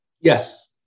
Yes